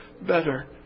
better